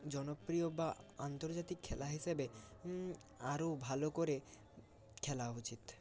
জনপ্রিয় বা আন্তর্জাতিক খেলা হিসেবে আরও ভালো করে খেলা উচিত